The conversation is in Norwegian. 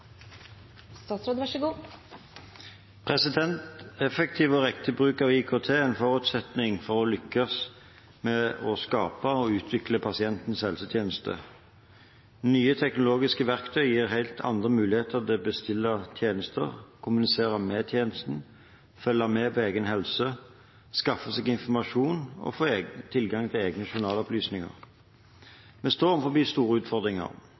en forutsetning for å lykkes med å skape og utvikle pasientens helsetjeneste. Nye teknologiske verktøy gir helt andre muligheter til å bestille tjenester, kommunisere med tjenesten, følge med på egen helse, skaffe seg informasjon og få tilgang til egne journalopplysninger. Vi står overfor store utfordringer.